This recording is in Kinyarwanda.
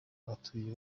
abatuye